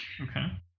Okay